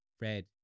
red